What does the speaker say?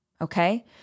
okay